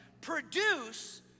produce